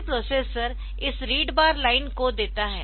फिर प्रोसेसर इस read bar line को देता है